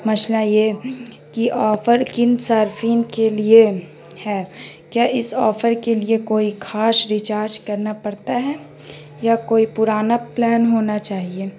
مسئلہ یہ کہ آفر کن صارفین کے لیے ہے کیا اس آفر کے لیے کوئی خاص ریچارج کرنا پڑتا ہے یا کوئی پرانا پلان ہونا چاہیے